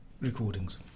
recordings